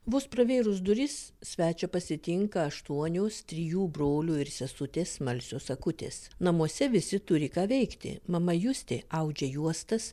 vos pravėrus duris svečią pasitinka aštuonios trijų brolių ir sesutės smalsios akutės namuose visi turi ką veikti mama justė audžia juostas